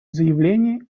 заявление